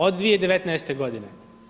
Od 2019. godine.